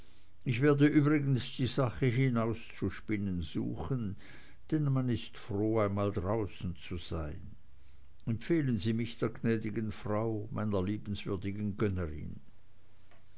ich werde übrigens die sache hinauszuspinnen suchen denn man ist froh einmal draußen zu sein empfehlen sie mich der gnädigen frau meiner liebenswürdigen gönnerin